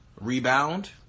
rebound—